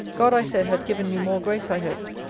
god, i said, had given me more grace, i hoped,